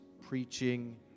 preaching